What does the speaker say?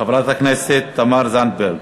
חברת הכנסת תמר זנדברג,